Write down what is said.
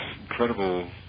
incredible